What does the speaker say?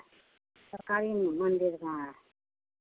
सरकारी मंदिर में